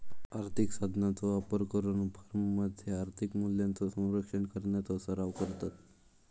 आर्थिक साधनांचो वापर करून फर्ममध्ये आर्थिक मूल्यांचो संरक्षण करण्याचो सराव करतत